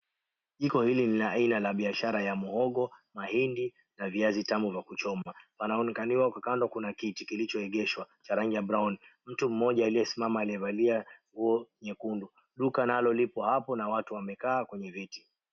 Jiko hili ni la aina ya biashara ya muhogo, mahindi na viazi tamu vya kuchomwa. Wanaonekaniwa kwa kando kuna kiti kilichoegeshwa cha rangi ya brown . Mtu mmoja aliyesimama amevalia nguo nyekundu. Duka nalo lipo hapo na watu wamekaa kwenye viti.